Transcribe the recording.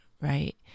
right